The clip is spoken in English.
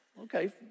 Okay